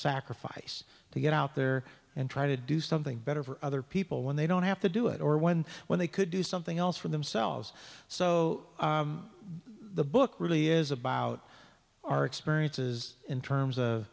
sacrifice to get out there and try to do something better for other people when they don't have to do it or when when they could do something else for themselves so the book really is about our experiences in terms of